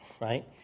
right